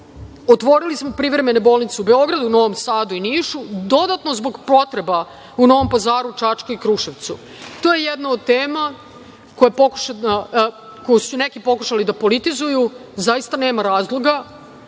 Otvorili smo privremene bolnice u Beogradu, Novom Sadu i Nišu, dodatno zbog potreba u Novom Pazaru, Čačku i Kruševcu. To je jedna od tema koju su neki pokušali da politizuju, zaista nema razloga.